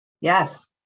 Yes